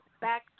back